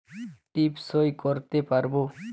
টিপ সই করতে পারবো?